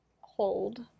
hold